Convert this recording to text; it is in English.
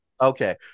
Okay